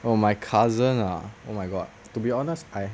oh my cousin ah oh my god to be honest I